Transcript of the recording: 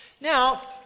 Now